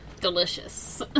Delicious